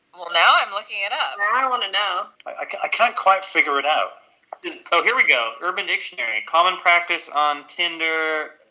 well, now i'm looking it up now i want to know i can't quite figure it out oh, here we go. urban dictionary a common practice on tinder.